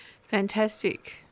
Fantastic